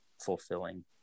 fulfilling